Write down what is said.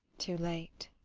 too late.